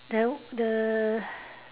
the the